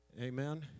Amen